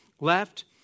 left